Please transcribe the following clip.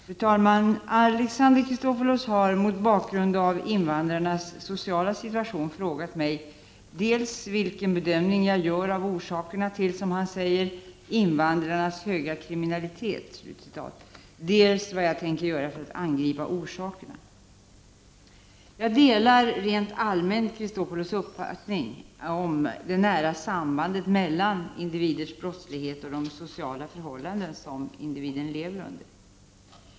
Fru talman! Alexander Chrisopoulos har — mot bakgrund av invandrarnas sociala situation — frågat mig dels vilken bedömning jag gör av orsakerna till, som han säger, ”invandrarnas höga kriminalitet”, dels vad jag tänker göra för att angripa orsakerna. Jag delar rent allmänt Chrisopoulos uppfattning om det nära sambandet mellan individers brottslighet och de sociala förhållanden som individerna lever under.